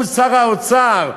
הוא שר האוצר.